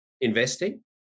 investing